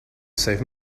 save